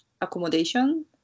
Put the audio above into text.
accommodation